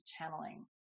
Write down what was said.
channeling